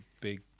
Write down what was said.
big